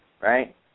right